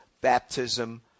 baptism